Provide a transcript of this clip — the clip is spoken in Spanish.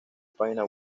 página